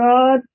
God